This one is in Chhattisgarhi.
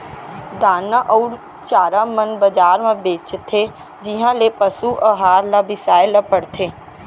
दाना अउ चारा मन बजार म बेचाथें जिहॉं ले पसु अहार ल बिसाए ल परथे